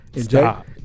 Stop